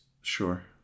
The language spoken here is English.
sure